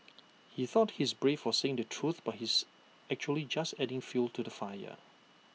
he thought he's brave for saying the truth but he's actually just adding fuel to the fire